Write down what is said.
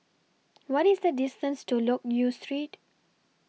What IS The distance to Loke Yew Street